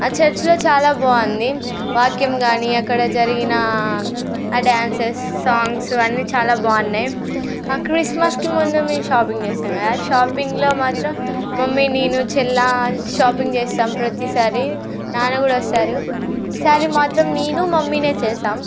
ఆ చర్చ్లో చాలా బాగుంది వాక్యం కానీ అక్కడ జరిగిన ఆ డాన్సెస్ సాంగ్స్ అన్నీ చాలా బాగున్నాయి ఆ క్రిస్మస్కి ముందు మేము షాపింగ్ చేస్తాము కదా ఆ షాపింగ్లో మాత్రం మమ్మీ నేను చెల్లి షాపింగ్ చేస్తాము ప్రతీసారి నాన్న కూడా వస్తారు ఈసారి మాత్రం నేను మమ్మీనే చేసాము